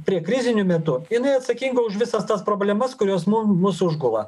prie kriziniu metu jinai atsakinga už visas tas problemas kurios mum mus užgula